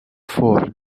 four